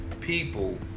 people